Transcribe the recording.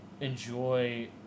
enjoy